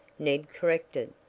ned corrected.